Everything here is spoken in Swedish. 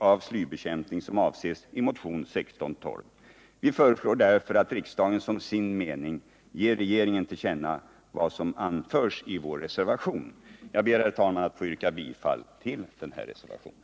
avslybekämpning som avses i motionen 1612. Vi föreslår därför att riksdagen som sin mening ger regeringen till känna vad som anförs i vår reservation. Jag ber, herr talman, att få yrka bifall till reservationen.